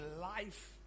life